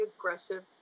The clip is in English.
aggressive